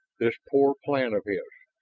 this poor plan of his.